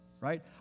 right